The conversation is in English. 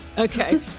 Okay